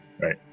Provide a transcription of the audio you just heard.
Right